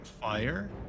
fire